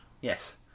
Yes